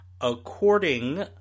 according